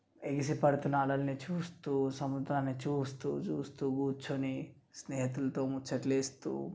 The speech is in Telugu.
ఎగసి పడుతున్న అలల్ని చూస్తూ సముద్రాన్ని చూస్తూ చూస్తూ కూర్చొని స్నేహితులతో ముచ్చట్లేస్తూ